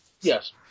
Yes